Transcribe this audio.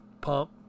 pump